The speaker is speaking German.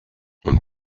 und